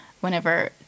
whenever